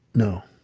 no.